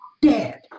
dead